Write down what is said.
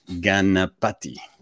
Ganapati